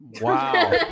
Wow